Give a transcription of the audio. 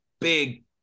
big